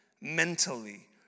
mentally